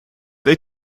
they